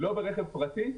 לא ברכב פרטי,